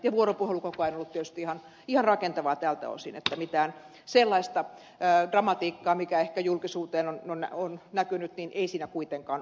ja vuoropuhelu koko ajan on ollut tietysti ihan rakentavaa tältä osin eikä mitään sellaista dramatiikkaa mikä ehkä julkisuuteen on näkynyt siinä kuitenkaan ole ollut